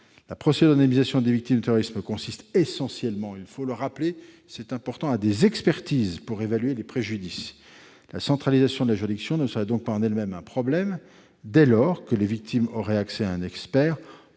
La procédure d'indemnisation des victimes d'actes de terrorisme consiste essentiellement- il faut le rappeler, c'est important -dans des expertises destinées à évaluer les préjudices. La centralisation de la juridiction ne serait donc pas en elle-même un problème, dès lors que les victimes auraient accès à un expert